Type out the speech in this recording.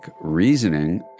reasoning